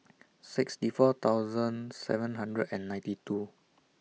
sixty four thousand seven hundred and ninety two